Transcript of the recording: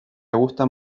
gustan